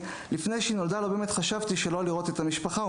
לפני שהיא נולדה לא באמת חשבתי שלא לראות את המשפחה זה